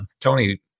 Tony